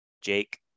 Jake